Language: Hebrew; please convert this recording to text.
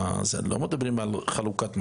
לא מדברים על חלוקת מכשירים,